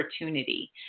opportunity